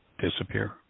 Disappear